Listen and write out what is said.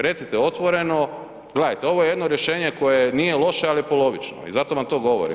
Recite otvoreno, gledajte ovo je jedno rješenje koje nije loše ali je polovično i zato vam to govorimo.